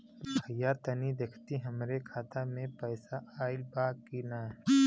भईया तनि देखती हमरे खाता मे पैसा आईल बा की ना?